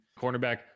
cornerback